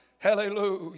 Hallelujah